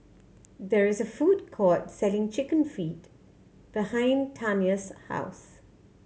there is a food court selling Chicken Feet behind Tanya's house